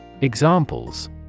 Examples